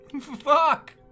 Fuck